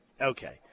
okay